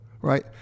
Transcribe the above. right